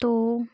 तो